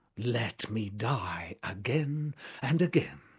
let me die again and again!